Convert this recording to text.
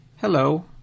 Hello